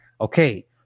okay